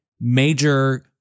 Major